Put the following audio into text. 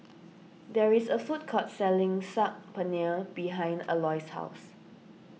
there is a food court selling Saag Paneer behind Aloys' house